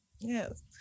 yes